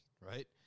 right